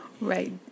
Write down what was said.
right